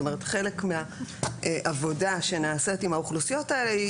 חלק מהעבודה שנעשית עם האוכלוסיות האלה היא